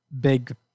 big